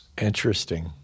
Interesting